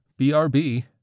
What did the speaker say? BRB